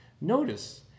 Notice